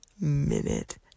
minute